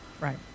Right